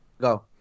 Go